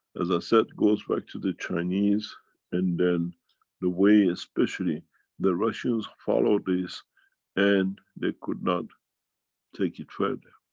as i said, goes back to the chinese and then the way, especially the russians followed this and they could not take it further.